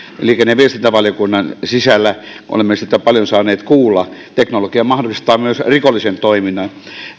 liikenne ja viestintävaliokunnan sisällä olemme siitä paljon saaneet kuulla teknologia mahdollistaa myös rikollisen toiminnan